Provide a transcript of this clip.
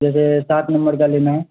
جیسے سات نمبر کا لینا ہے